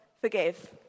forgive